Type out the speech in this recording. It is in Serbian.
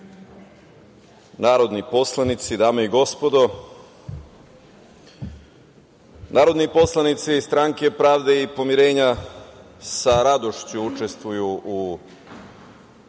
narodni poslanici, dame i gospodo, narodni poslanici iz Stranke pravde i pomirenja sa radošću učestvuju u